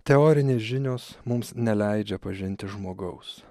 teorinės žinios mums neleidžia pažinti žmogaus